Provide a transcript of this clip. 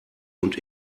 und